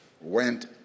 Went